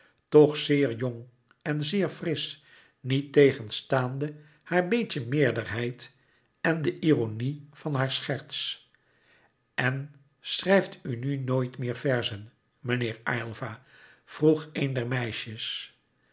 toch zeer jong en zeer frisch niettegenstaande haar beetje meerderheid en de ironie van haar scherts louis couperus metamorfoze en schrijft u nu nooit meer verzen meneer aylva vroeg een der meisjes